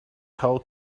how